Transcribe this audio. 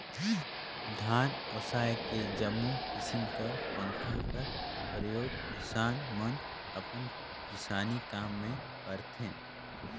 धान ओसाए के जम्मो किसिम कर पंखा कर परियोग किसान मन अपन किसानी काम मे करथे